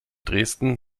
dresden